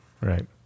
Right